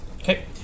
Okay